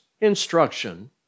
instruction